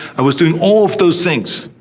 i was doing all of those things.